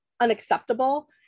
unacceptable